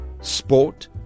sport